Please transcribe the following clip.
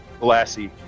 glassy